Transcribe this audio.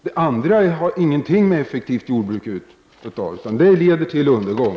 Det andra har ingenting med ett effektivt jordbruk att göra. Det leder till undergång.